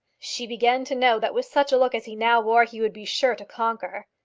she began to know that with such a look as he now wore he would be sure to conquer.